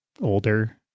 older